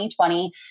2020